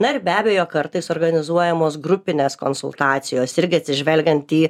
na ir be abejo kartais organizuojamos grupinės konsultacijos irgi atsižvelgiant į